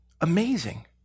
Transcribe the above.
amazing